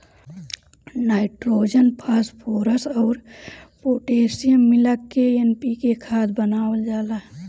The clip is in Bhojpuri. नाइट्रोजन, फॉस्फोरस अउर पोटैशियम मिला के एन.पी.के खाद बनावल जाला